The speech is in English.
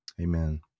Amen